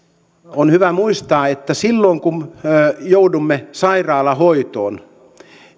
on hyvä muistaa että silloin kun joudumme sairaalahoitoon